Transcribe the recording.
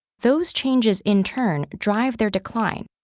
those changes in turn drive their decline,